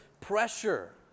pressure